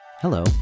Hello